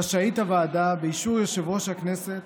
רשאית הוועדה, באישור יושב-ראש הכנסת,